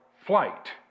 flight